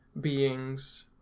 beings